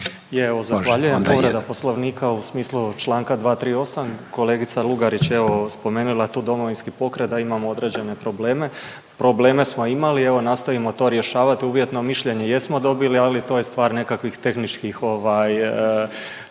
evo zahvaljujem, povreda Poslovnika u smislu Članka 238., kolegica Lugarić je evo spomenula tu Domovinski pokret da imamo određene probleme. Probleme smo imali evo nastavimo to rješavat, uvjetno mišljenje jesmo dobili ali to je stvar nekakvih tehničkih ovaj